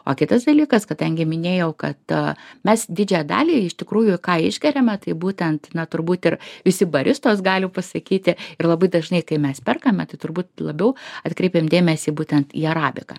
o kitas dalykas kadangi minėjau kad a mes didžiąją dalį iš tikrųjų ką išgeriame tai būtent na turbūt ir visi baristos gali jau pasakyti ir labai dažnai kai mes perkame tai turbūt labiau atkreipiam dėmesį būtent į arabiką